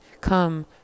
come